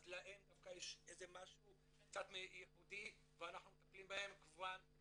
אז להם דווקא יש משהו קצת ייחודי ואנחנו מטפלים בהם כמובן.